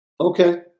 okay